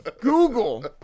Google